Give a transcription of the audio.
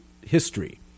history